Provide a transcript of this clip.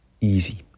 Easy